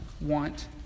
want